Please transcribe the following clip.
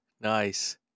Nice